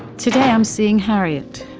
today i'm seeing harriet.